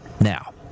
Now